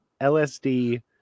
LSD